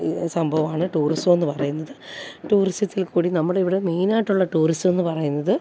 ഈ സംഭവം ആണ് ടൂറിസം എന്നു പറയുന്നത് ടൂറിസത്തിൽക്കൂടി നമ്മുടെ ഇവിടെ മെയിനായിട്ടുള്ള ടൂറിസം എന്നു പറയുന്നത്